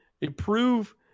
improve